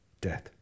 death